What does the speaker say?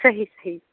صحیح صحیح